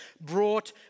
brought